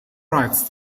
writes